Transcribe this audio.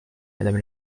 madame